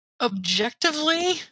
Objectively